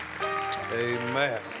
amen